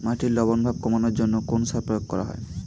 মাটির লবণ ভাব কমানোর জন্য কোন সার প্রয়োগ করা হয়?